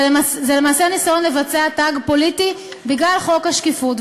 זה למעשה ניסיון לבצע תג פוליטי בגלל חוק השקיפות.